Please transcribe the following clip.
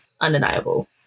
undeniable